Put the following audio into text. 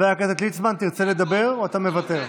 תרצה לדבר או שאתה מוותר?